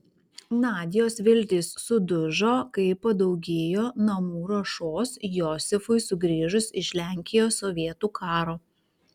nadios viltys sudužo kai padaugėjo namų ruošos josifui sugrįžus iš lenkijos sovietų karo